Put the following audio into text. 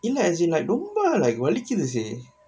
இல்ல:illa as in like ரொம்ப:romba like வலிக்குது:valikkuthu sey